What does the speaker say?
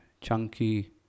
chunky